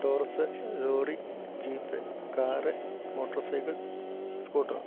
torus lorry jeep car motor cycle scooter